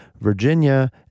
Virginia